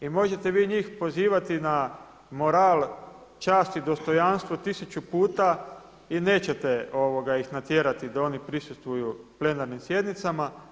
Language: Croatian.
I možete vi njih pozivati na moral, čast i dostojanstvo tisuću puta i nećete ih natjerati da oni prisustvuju plenarnim sjednicama.